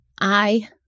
I-